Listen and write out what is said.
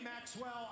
maxwell